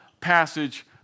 passage